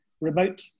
remote